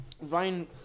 Ryan